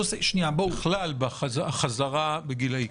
בתוספת חלוקה גילאית.